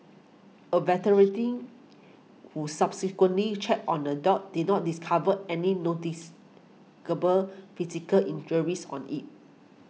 a who subsequently checked on the dog did not discover any physical injuries on it